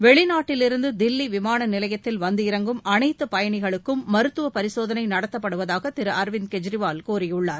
வெளிநாட்டிலிருந்து தில்லி விமான நிலையத்தில் வந்து இறங்கும் அனைத்து பயணிகளுக்கும் மருத்துவ பரிசோதனை நடத்தப்படுவதாக திரு அரவிந்த் கெஜ்ரிவால் கூறியுள்ளார்